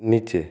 নিচে